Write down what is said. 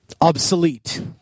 obsolete